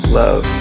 love